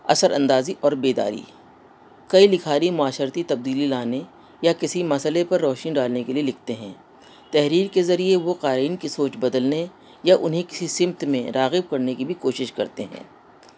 اثراندازی اور بیداری کئی لکھاری معاشرتی تبدیلی لانے یا کسی مسئلے پر روشنی ڈالنے کے لیے لکھتے ہیں تحریر کے ذریعے وہ قارئین کی سوچ بدلنے یا انہیں ک سمت میں راغب کرنے کی بھی کوشش کرتے ہیں